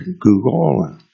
Google